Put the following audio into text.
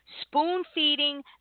spoon-feeding